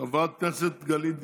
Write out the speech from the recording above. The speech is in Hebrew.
חברת הכנסת גלית דיסטל,